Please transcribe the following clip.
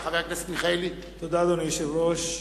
תודה, אדוני היושב-ראש.